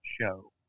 show